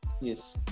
Yes